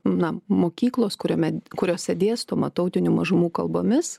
na mokyklos kuriame kuriose dėstoma tautinių mažumų kalbomis